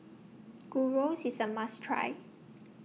Gyros IS A must Try